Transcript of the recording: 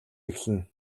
эхэлнэ